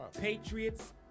Patriots